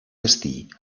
destí